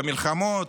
במלחמות,